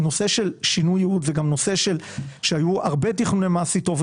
נושא של שינוי יעוד זה גם נושא שהיו הרבה תכנוני מס איתו.